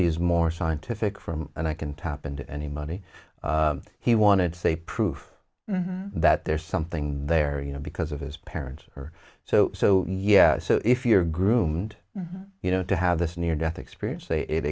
he's more scientific from and i can tap into any money he wanted to say proof that there's something there you know because of his parents are so so yeah so if you're groomed you know to have this near death experience